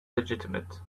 legitimate